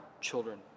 children